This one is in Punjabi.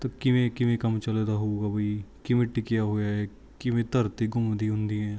ਤਾਂ ਕਿਵੇਂ ਕਿਵੇਂ ਕੰਮ ਚੱਲਦਾ ਹੋਊਗਾ ਬਈ ਕਿਵੇਂ ਟਿਕਿਆ ਹੋਇਆ ਹੈ ਕਿਵੇਂ ਧਰਤੀ ਘੁੰਮਦੀ ਹੁੰਦੀ ਹੈ